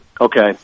Okay